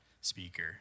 speaker